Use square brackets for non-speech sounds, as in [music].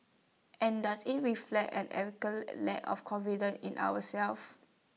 and does IT reflect an [unintelligible] lack of confidence in ourselves